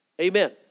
Amen